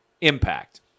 impact